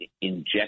inject